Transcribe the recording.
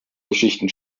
geschichten